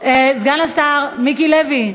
סגן השר מיקי לוי,